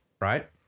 right